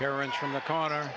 parents from the corner